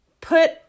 put